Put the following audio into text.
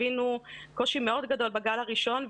חווינו קושי מאוד גדול בגל הראשון,